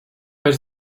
per